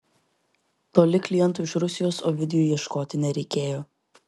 toli klientų iš rusijos ovidijui ieškoti nereikėjo